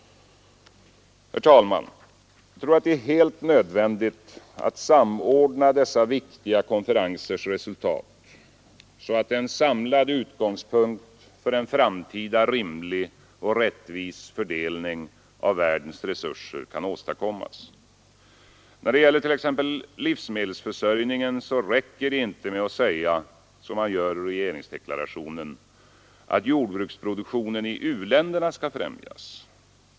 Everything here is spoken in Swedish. Herr talman! Det är helt nödvändigt att samordna dessa viktiga konferensers resultat så att en samlad utgångspunkt för en framtida rimlig och rättvis fördelning av världens resurser kan åstadkommas. När det gäller t.ex. livsmedelsförsörjningen räcker det inte med att säga, som man gör i regeringsdeklarationen, att jordbruksproduktionen i u-länderna skall främjas.